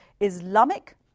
Islamic